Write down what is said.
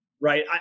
Right